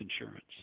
insurance